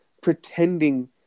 pretending